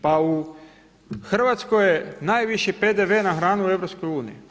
Pa u Hrvatskoj je najviši PDV na hranu u EU.